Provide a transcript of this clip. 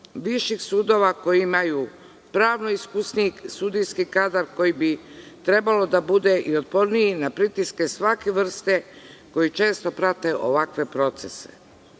viših sudova koji imaju pravno iskusniji sudijski kadar koji bi trebalo da bude i otporniji na pritiske svake vrste koji često prate ovakve procese. Što